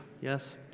Yes